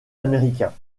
américain